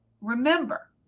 Remember